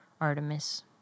Artemis